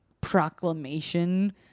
proclamation